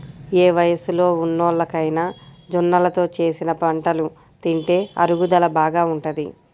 ఏ వయస్సులో ఉన్నోల్లకైనా జొన్నలతో చేసిన వంటలు తింటే అరుగుదల బాగా ఉంటది